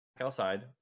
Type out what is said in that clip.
outside